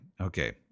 Okay